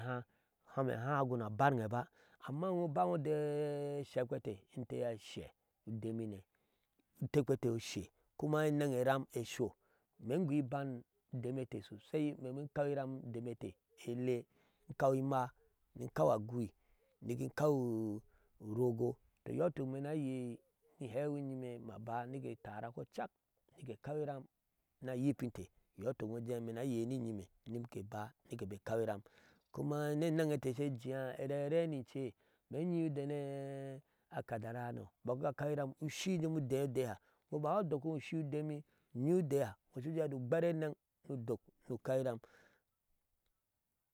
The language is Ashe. Ehaa, oham ehaa haa aguna abanne ba, amma inoe ubano udee eshekpete, inte ashee udemine otekpe e inte oshee, kuma eneŋ eram esho imee in goo iban udemete sosai, in mee in kaw iram udemete elee, in kaw imaa ni kaw agui nigi inkaw urogo. tɔɔ iyɔɔ ituk imee ni ayei in hɛwiyime ma ba ke tara kocak mike kaw iram ni ayipinte, iyɔɔ ituk imee in jɛɛ ime ni ayei ni nyime ni ke ba ni ke be ekaw iram. kuma ni eneŋ ete she ejea, ereare ni cince imeee inyii udena akadarahano imbɔɔ kiga kaw iram, ushi nyom udee do akadarahano, iŋo bak haa udoki ŋo ushii udeme inyii udeha iŋo shu ujee je ugber eneŋ udiha ni udok ni ukaw iram.